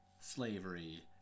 slavery